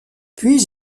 puis